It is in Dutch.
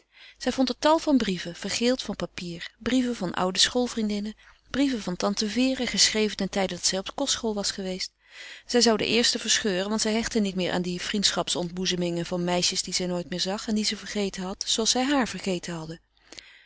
zij vond er tal van brieven vergeeld van papier brieven van oude schoolvriendinnen brieven van tante vere geschreven ten tijde dat zij op kostschool was geweest zij zou de eerste verscheuren want zij hechtte niet meer aan die vriendschapsontboezemingen van meisjes die zij nooit meer zag en die ze vergeten had zooals zij haar vergeten hadden